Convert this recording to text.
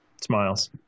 smiles